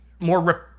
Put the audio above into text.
more